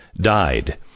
died